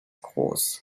groß